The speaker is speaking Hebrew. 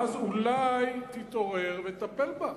ואז אולי תתעורר ותטפל בה.